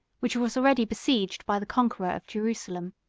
which was already besieged by the conqueror of jerusalem.